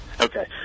Okay